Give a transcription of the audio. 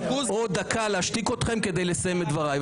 או דקה להשתיק אתכם כדי לסיים את דבריי.